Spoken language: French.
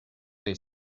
des